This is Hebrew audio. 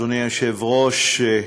אדוני היושב-ראש,